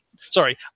Sorry